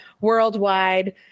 worldwide